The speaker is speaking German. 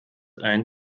ein